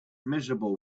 miserable